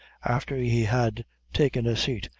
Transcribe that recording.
after he had taken a seat,